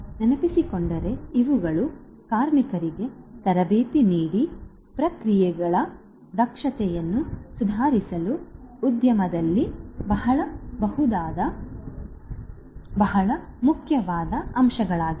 ನೀವು ನೆನಪಿಸಿಕೊಂಡರೆ ಇವುಗಳು ಕಾರ್ಮಿಕರಿಗೆ ತರಬೇತಿ ನೀಡಿ ಪ್ರಕ್ರಿಯೆಗಳ ದಕ್ಷತೆಯನ್ನು ಸುಧಾರಿಸಲು ಉದ್ಯಮದಲ್ಲಿ ಬಳಸಬಹುದಾದ ಬಹಳ ಮುಖ್ಯವಾದ ಅಂಶಗಳಾಗಿವೆ